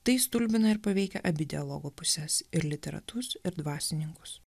tai stulbina ir paveikia abi dialogo puses ir literatus ir dvasininkus